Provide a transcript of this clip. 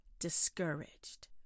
discouraged